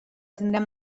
tindrem